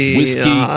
whiskey